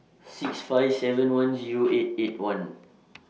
six five seven one Zero eight eight one